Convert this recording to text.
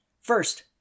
First